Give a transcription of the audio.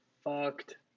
fucked